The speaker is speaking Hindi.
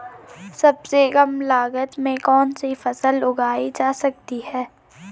सबसे कम लागत में कौन सी फसल उगाई जा सकती है